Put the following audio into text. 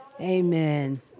Amen